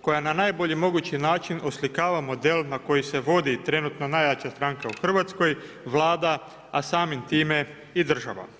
koja na najbolji mogući način oslikava model na koji se vodi trenutno najjača stranka u Hrvatskoj Vlada, a samim time i država.